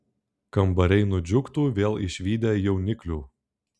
kambariai nudžiugtų vėl išvydę jauniklių